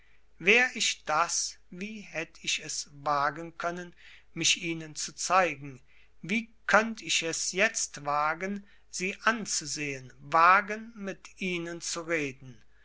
wär ich das wie hätt ich es wagen können mich ihnen zu zeigen wie könnt ich es jetzt wagen sie anzusehen wagen mit ihnen zu reden